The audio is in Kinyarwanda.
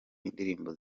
indirimbo